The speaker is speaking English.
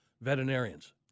veterinarians